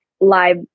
live